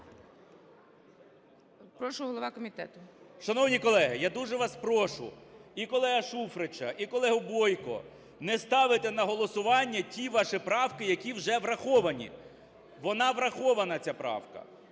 КНЯЖИЦЬКИЙ М.Л. Шановні колеги, я дуже вас прошу, і колегу Шуфрича, і колегу Бойко, не ставити на голосування ті ваші правки, які вже враховані. Вона врахована ця правка.